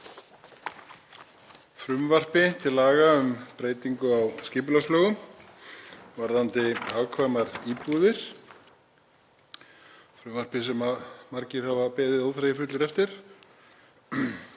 frumvarpi til laga um breytingu á skipulagslögum varðandi hagkvæmar íbúðir, frumvarpi sem margir hafa beðið óþreyjufullir eftir.